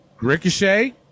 Ricochet